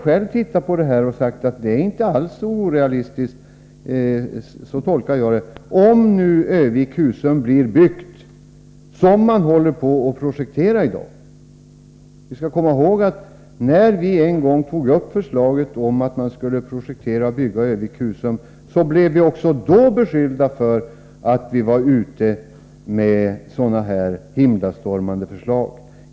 SJ har tittat på detta och sagt att det inte är orealistiskt — så tolkar jag det — om nu bandelen Örnsköldsvik-Husum blir byggd, som man håller på att projektera i dag. Man skall komma ihåg att även när vi en gång tog upp förslaget om att projektera och bygga Örnsköldsvik-Husum blev vi beskyllda för att vara ute med himlastormande förslag.